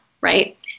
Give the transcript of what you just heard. right